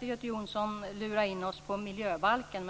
Göte Jonsson försökte lura in mig i att diskutera miljöbalken.